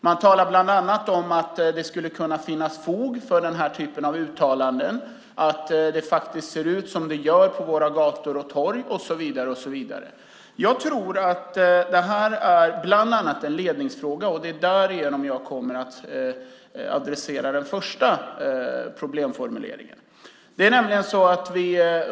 Man talar bland annat om att det skulle kunna finnas fog för den här typen av uttalanden, att det faktiskt ser ut som det gör på våra gator och torg och så vidare. Jag tror att det här bland annat är en ledningsfråga. Det är utifrån det jag kommer att adressera den första problemformuleringen.